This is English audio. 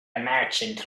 merchant